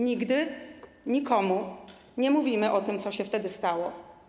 Nigdy nikomu nie mówimy o tym, co się wtedy stało.